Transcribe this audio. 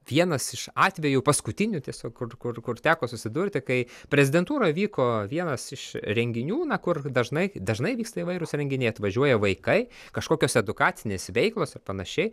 vienas iš atvejų paskutinių tiesiog kur kur kur teko susidurti kai prezidentūroj vyko vienas iš renginių kur dažnai dažnai vyksta įvairūs renginiai atvažiuoja vaikai kažkokios edukacinės veiklos ir panašiai